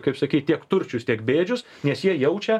kaip sakyt tiek turčius tiek bėdžius nes jie jaučia